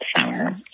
summer